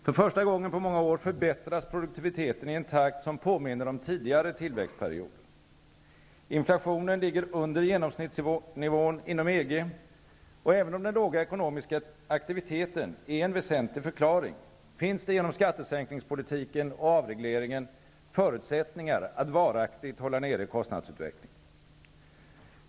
För första gången på många år förbättras produktiviteten i en takt som påminner om tidigare tillväxtperioder. Inflationen ligger under genomsnittsnivån inom EG, och även om den låga ekonomiska aktiviteten är en väsentlig förklaring, finns det genom skattesänkningspolitiken och avregleringen förutsättningar att varaktigt hålla nere kostnadsutvecklingen.